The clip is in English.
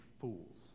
fools